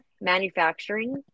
manufacturing